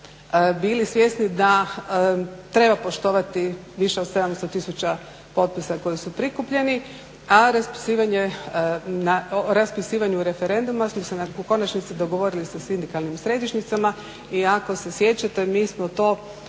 bili svjesni da treba poštovati više od 700000 potpisa koji su prikupljeni, a raspisivanju referenduma smo se u konačnici dogovorili sa sindikalnim središnjicama. I ako se sjećate mi smo to